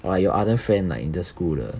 like your other friend like in the school 的